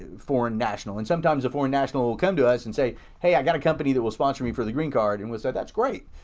foreign national. and sometimes the foreign national will come to us and say, hey, i've got a company that will sponsor me for the green card. and we said, that's great.